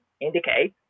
indicate